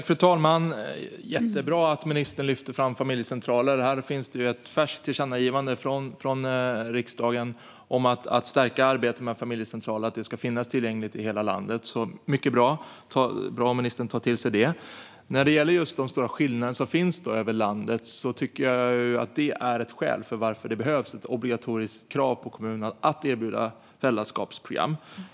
Fru talman! Jättebra att ministern lyfter fram familjecentraler! Här finns ett färskt tillkännagivande från riksdagen om att stärka arbetet med familjecentraler, så att de finns tillgängliga i hela landet. Det är mycket bra om ministern tar till sig det. De stora skillnaderna över landet är ett skäl till att det behövs ett krav på kommunerna att erbjuda föräldraskapsprogram.